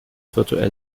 virtuell